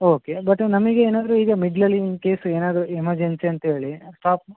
okay but ನಮಗೆ ಏನಾದರು ಈಗ ಮಿಡ್ಲ್ ಅಲ್ಲಿ ಇನ್ ಕೇಸ್ ಏನಾದರು ಎಮರ್ಜೆನ್ಸಿ ಅಂತ್ಹೇಳಿ ಸ್ಟಾಪ್